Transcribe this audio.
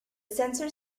sensor